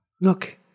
Look